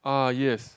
uh yes